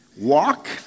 Walk